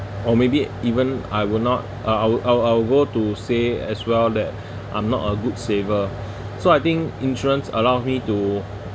or maybe even I will not uh I'll I'll I'll go to say as well that I'm not a good saver so I think insurance allow me to